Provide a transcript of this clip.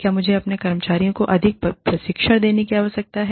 क्या मुझे अपने कर्मचारियों को अधिक प्रशिक्षण देने की आवश्यकता है